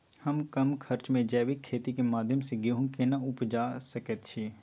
हम कम खर्च में जैविक खेती के माध्यम से गेहूं केना उपजा सकेत छी?